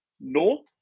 no